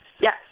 yes